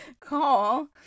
call